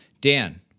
Dan